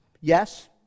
Yes